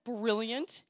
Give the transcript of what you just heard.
brilliant